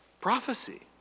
prophecy